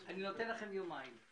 אני נותן לכם יומיים.